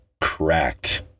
cracked